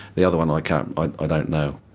the other one i can't, i don't know.